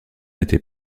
était